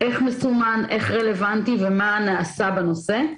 איך מסומן ואיך רלוונטי, ומה נעשה בנושא?